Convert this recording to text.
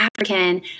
African